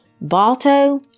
Balto